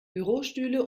bürostühle